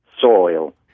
soil